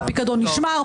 והפיקדון נשמר.